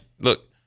Look